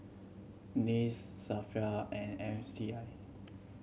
SAFRA and M C I